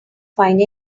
find